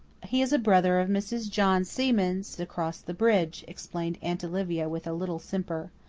he is a brother of mrs. john seaman's across the bridge, explained aunt olivia with a little simper.